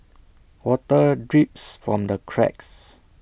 water drips from the cracks